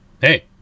Hey